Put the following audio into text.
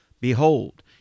Behold